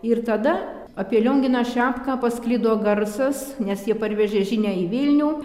ir tada apie lionginą šepką pasklido garsas nes jie parvežė žinią į vilnių